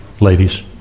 ladies